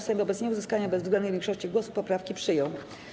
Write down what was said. Sejm wobec nieuzyskania bezwzględnej większości głosów poprawki przyjął.